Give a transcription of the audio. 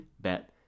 bet